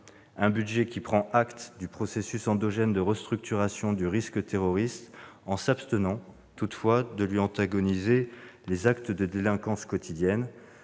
un budget qui prend acte du processus endogène de restructuration du risque terroriste, en s'abstenant toutefois de lui opposer les actes de délinquance quotidienne,